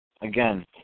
again